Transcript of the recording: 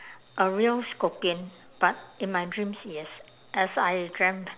a real scorpion but in my dreams yes as I dreamt